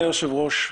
היושב-ראש,